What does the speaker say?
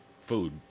food